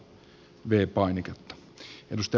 arvoisa puhemies